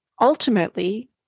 ultimately